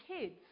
kids